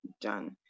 done